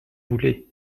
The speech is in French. voulez